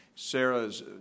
Sarah's